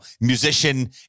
musician